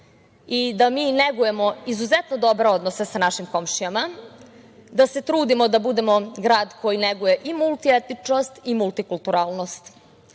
i da mi negujemo izuzetno dobre odnose sa našim komšijama, da se trudimo da budemo grad koji neguje i multietičnost i multikulturalnost